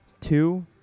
Two